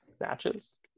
matches